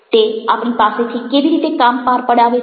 તે આપણી પાસેથી કેવી રીતે કામ પાર પડાવે છે